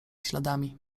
śladami